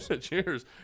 Cheers